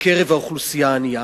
בקרב האוכלוסייה הענייה.